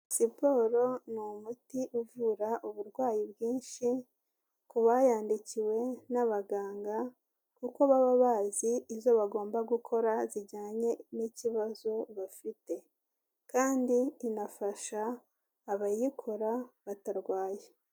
Siporo ni umuti uvura uburwayi bwinshi ku bayandikiwe n'abaganga kuko baba bazi izo bagomba gukora zijyanye n'ikibazo bafite, kandi inafasha abayikora batarwaye.